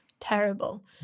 terrible